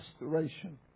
restoration